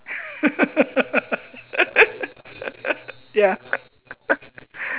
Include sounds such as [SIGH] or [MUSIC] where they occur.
[LAUGHS] ya [LAUGHS]